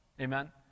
Amen